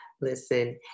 Listen